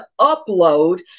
upload